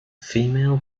female